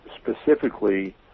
specifically